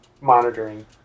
monitoring